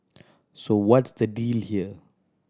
so what's the deal here